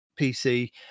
pc